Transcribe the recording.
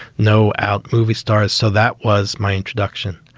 no out. movie stars. so that was my introduction.